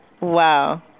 wow